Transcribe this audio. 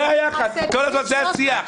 זה היחס, זה השיח.